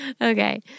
Okay